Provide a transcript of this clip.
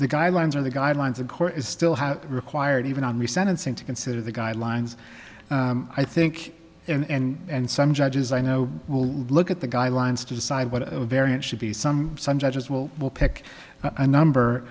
the guidelines or the guidelines of court is still have required even on the sentencing to consider the guidelines i think and some judges i know will look at the guidelines to decide what variant should be some some judges will will pick a number